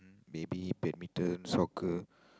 mm maybe badminton soccer